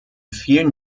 vielen